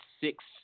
six